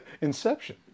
inception